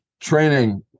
training